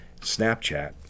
snapchat